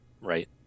right